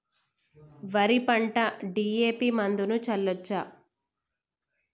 వరి పంట డి.ఎ.పి మందును చల్లచ్చా?